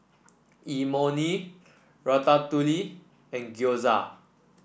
Imoni Ratatouille and Gyoza